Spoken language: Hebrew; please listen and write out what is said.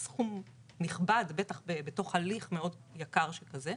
זה סכום נכבד, בטח בתוך הליך מאוד יקר שכזה,